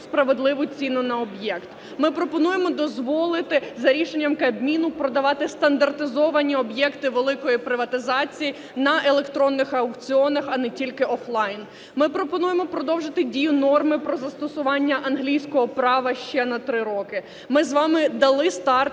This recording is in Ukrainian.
справедливу ціну на об'єкт. Ми пропонуємо дозволити, за рішенням Кабміну, продавати стандартизовані об'єкти великої приватизації на електронних аукціонах, а не тільки офлайн. Ми пропонуємо продовжити дію норми про застосування Англійського права ще на 3 роки Ми з вами дали старт